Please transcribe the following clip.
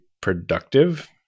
productive